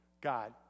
God